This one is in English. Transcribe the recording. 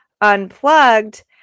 unplugged